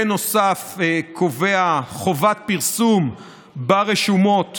בנוסף, הוא קובע חובת פרסום ברשומות